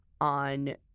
on